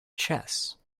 chess